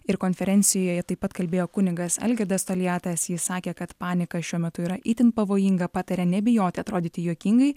ir konferencijoje taip pat kalbėjo kunigas algirdas toliatas ji sakė kad panika šiuo metu yra itin pavojinga pataria nebijoti atrodyti juokingai